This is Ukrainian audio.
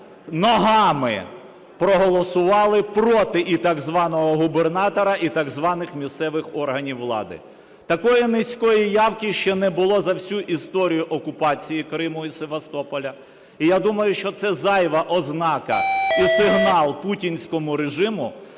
ногами проголосували проти і так званого губернатора, і так званих місцевих органів влади. Такої низької явки ще не було за всю історію окупації Криму і Севастополя. І я думаю, що це зайва ознака і сигнал путінському режиму,